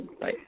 Bye